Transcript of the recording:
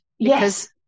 Yes